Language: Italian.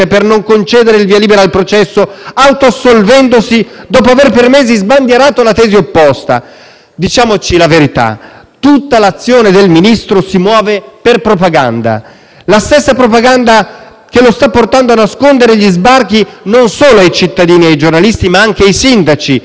Diciamoci la verità: tutta l'azione del Ministro si muove per propaganda. La stessa propaganda che lo sta portando a nascondere gli sbarchi non solo ai cittadini e ai giornalisti, ma anche ai sindaci, che sono ormai quasi inconsapevoli degli sbarchi che avvengono sulle loro coste, che continuano ad avvenire sulle loro coste.